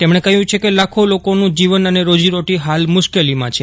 તેમપ્રે કહ્યું છે કે લાખો લોકોનું જીવન અને રોજીરોટી હાલ મુશ્કેલીમાં છે